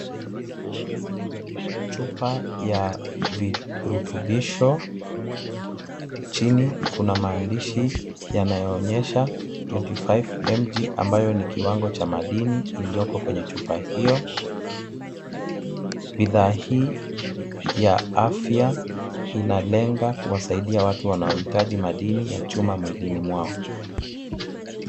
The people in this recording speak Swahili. Chupa ya virutubisho. Chini kuna maandishi yanayoonyesha 25MG ambayo ni kiwango cha madini ilioko kwenye chupa hiyo. Bidhaa hii ya afya, inalenga kuwasaidia watu wanaohitaji madini ya chuma mwilini mwao.